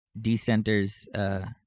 decenters